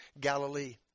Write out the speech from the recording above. Galilee